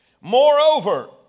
Moreover